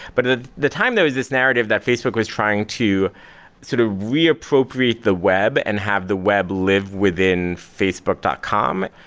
but the the time there was this narrative that facebook was trying to sort of reappropriate the web and have the web live within facebook dot com,